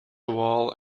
wall